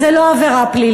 אז זו לא עבירה פלילית,